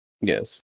Yes